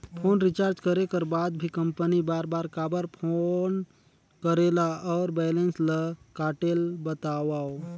Phone recharge करे कर बाद भी कंपनी बार बार काबर फोन करेला और बैलेंस ल काटेल बतावव?